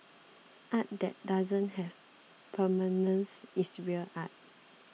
art that doesn't have permanence is real art